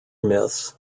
myths